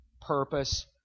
purpose